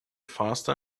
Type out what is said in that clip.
faster